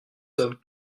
somme